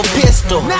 pistol